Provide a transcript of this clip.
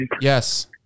Yes